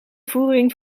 voering